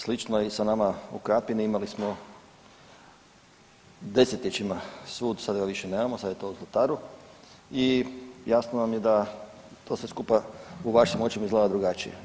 Slično je i sa nama u Krapini, imali smo 10-ljećima sud sad ga više nemamo, sad je to u Zlataru i jasno nam je da to sve skupa u vašim očima izgleda drugačije.